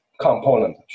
component